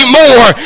more